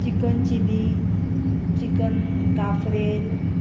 chicken chilli chicken cafreal